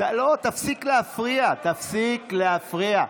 תפסיק להפריע, תפסיק להפריע.